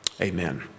Amen